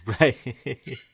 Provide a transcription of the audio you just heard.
Right